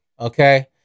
okay